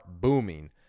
booming